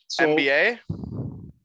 NBA